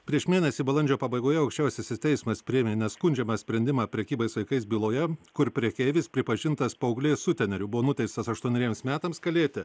prieš mėnesį balandžio pabaigoje aukščiausiasis teismas priėmė neskundžiamą sprendimą prekybos vaikais byloje kur prekeivis pripažintas paauglės suteneriu buvo nuteistas aštuoneriems metams kalėti